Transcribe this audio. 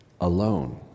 alone